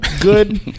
good